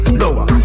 lower